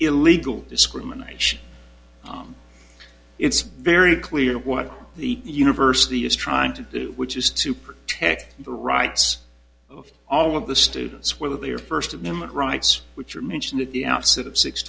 illegal discrimination it's very clear what the university is trying to do which is to protect the rights of all of the students whether they are first women's rights which are mentioned at the outset of six